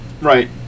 Right